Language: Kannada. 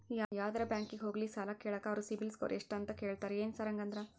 ಯಾವದರಾ ಬ್ಯಾಂಕಿಗೆ ಹೋಗ್ಲಿ ಸಾಲ ಕೇಳಾಕ ಅವ್ರ್ ಸಿಬಿಲ್ ಸ್ಕೋರ್ ಎಷ್ಟ ಅಂತಾ ಕೇಳ್ತಾರ ಏನ್ ಸಾರ್ ಹಂಗಂದ್ರ?